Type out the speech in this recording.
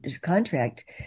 contract